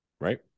right